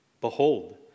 Behold